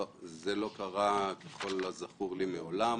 לא, זה לא קרה, ככל הזכור לי, מעולם.